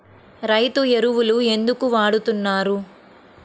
రైతు ఎరువులు ఎందుకు వాడుతున్నారు?